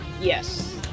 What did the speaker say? yes